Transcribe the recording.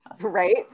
Right